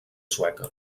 sueca